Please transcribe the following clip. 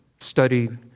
studied